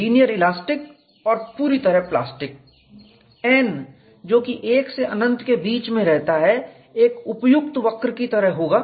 linear elastic और पूरी तरह प्लास्टिक n जो कि 1 से अनंत के बीच में रहता है एक उपयुक्त वक्र की तरह होगा